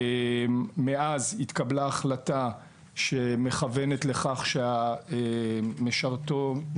מאז התקבלה החלטה שמכוונת לכך שהשירות של